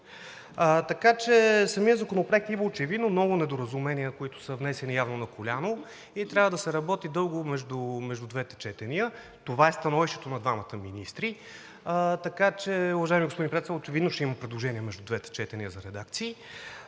Така че в самия законопроект има очевидно много недоразумения, които са внесени явно на коляно, и трябва да се работи дълго между двете четения. Това е становището на двамата министри. Така че, уважаеми господин Председател, очевидно ще има предложения между двете четения за редакции